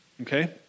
okay